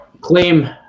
claim